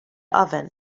oven